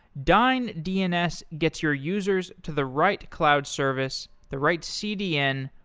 dyn dns gets your users to the right cloud service, the right cdn,